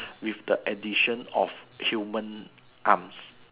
with the edition of human arms